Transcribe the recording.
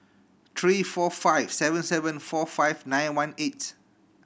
three four five seven seven four five nine one eight